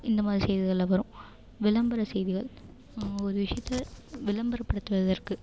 இந்தமாதிரி செய்திகளில் வரும் விளம்பர செய்திகள் ஒரு விஷயத்த விளம்பரப்படுத்துவதற்கு